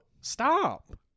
Stop